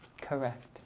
Correct